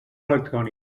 electrònica